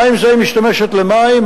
בכמה מזה היא משתמשת למים,